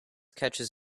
catches